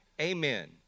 Amen